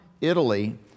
Italy